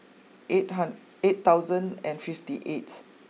eight eight thousand and fifty eighth